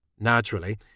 Naturally